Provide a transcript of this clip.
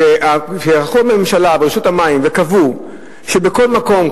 והלכו הממשלה ורשות המים וקבעו שבכל מקום,